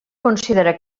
considera